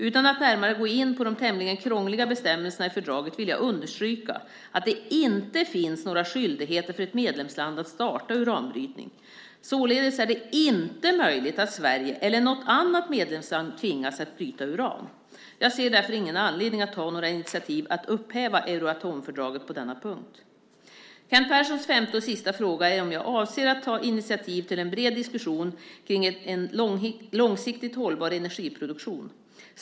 Utan att närmare gå in på de tämligen krångliga bestämmelserna i fördraget vill jag understryka att det inte finns några skyldigheter för ett medlemsland att starta uranbrytning. Således är det inte möjligt att Sverige eller något annat medlemsland tvingas att bryta uran. Jag ser därför ingen anledning att ta några initiativ till att upphäva Euratomfördraget på denna punkt. Kent Perssons femte och sista fråga är om jag avser att ta initiativ till en bred diskussion kring en långsiktigt hållbar energiproduktion.